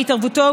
בהתערבותו,